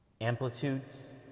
amplitudes